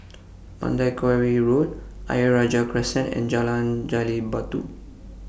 Mandai Quarry Road Ayer Rajah Crescent and Jalan Gali Batu